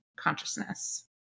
consciousness